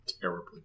terribly